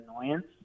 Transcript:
Annoyance